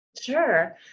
Sure